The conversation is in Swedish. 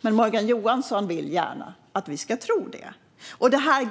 Men Morgan Johansson vill gärna att vi ska tro att de gör det.